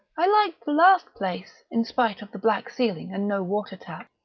i liked the last place, in spite of the black ceiling and no watertap.